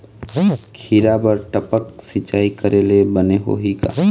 खिरा बर टपक सिचाई करे ले बने होही का?